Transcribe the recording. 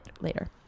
later